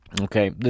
Okay